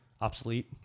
obsolete